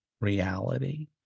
reality